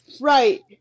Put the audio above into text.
Right